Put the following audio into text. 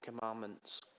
Commandments